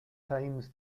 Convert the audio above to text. times